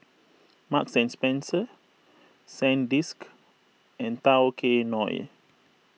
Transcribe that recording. Marks and Spencer Sandisk and Tao Kae Noi